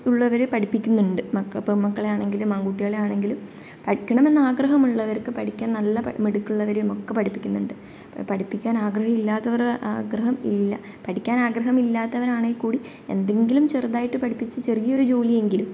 ഉള്ളവർ പഠിപ്പിക്കുന്നുണ്ട് മക്ക പെൺമക്കളെ ആണെങ്കിലും ആൺകുട്ടികളെ ആണെങ്കിലും പഠിക്കണമെന്ന് ആഗ്രഹമുള്ളവർക്ക് പഠിക്കാൻ നല്ല പ മിടുക്കുള്ളവരും ഒക്കെ പഠിപ്പിക്കുന്നുണ്ട് പഠിപ്പിക്കാൻ ആഗ്രഹമില്ലാത്തവർ ആഗ്രഹം ഇല്ല പഠിക്കാൻ ആഗ്രഹം ഇല്ലാത്തവനാണെങ്കിൽ കൂടി എന്തെങ്കിലും ചെറുതായിട്ട് പഠിപ്പിച്ച് ചെറിയൊരു ജോലിയെങ്കിലും